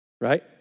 Right